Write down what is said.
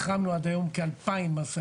החרמנו עד היום כ-2,000 משאיות.